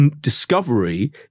discovery